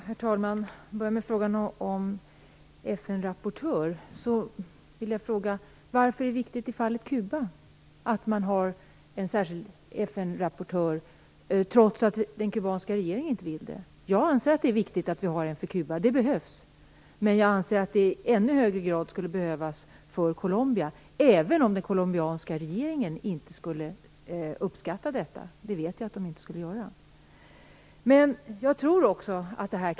Herr talman! Jag vill börja med frågan om en FN rapportör. Varför är det viktigt att ha en särskild FN rapportör i fallet Kuba, trots att den kubanska regeringen inte vill det? Jag anser att det är viktigt att vi har en rapportör på Kuba; det behövs. Men jag anser att det skulle behövas i ännu högre grad för Colombia, även om den colombianska regeringen inte skulle uppskatta det. Jag vet att den inte skulle göra det.